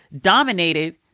dominated